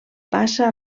passa